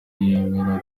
yemera